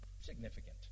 significant